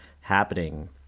happening